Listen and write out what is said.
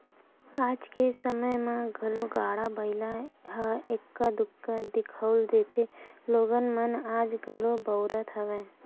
आज के समे म घलो गाड़ा बइला ह एक्का दूक्का दिखउल देथे लोगन मन आज घलो बउरत हवय